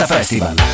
Festival